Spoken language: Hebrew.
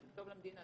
שזה טוב למדינה,